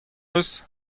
eus